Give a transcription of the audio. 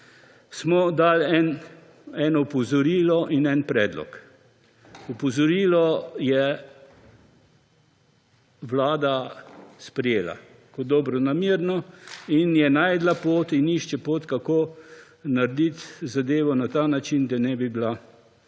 Smo dali eno opozorilo in en predlog. Opozorilo je vlada sprejela kot dobronamerno in je našla pot in išče pot, kako narediti zadevo na ta način, da nebi bili